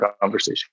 conversation